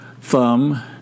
thumb